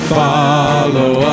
follow